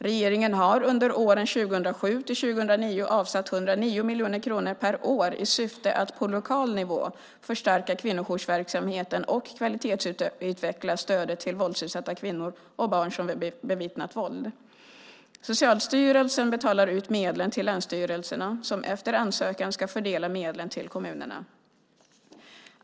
Regeringen har under åren 2007-2009 avsatt 109 miljoner kronor per år i syfte att på lokal nivå förstärka kvinnojoursverksamheten och kvalitetsutveckla stödet till våldsutsatta kvinnor och barn som bevittnat våld. Socialstyrelsen betalar ut medlen till länsstyrelserna som efter ansökan ska fördela medlen till kommunerna.